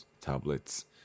tablets